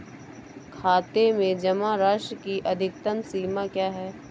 खाते में जमा राशि की अधिकतम सीमा क्या है?